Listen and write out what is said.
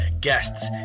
guests